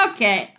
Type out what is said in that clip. Okay